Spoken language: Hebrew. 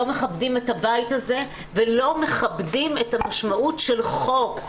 לא מכבדים את הבית הזה ולא מכבדים את המשמעות של חוק.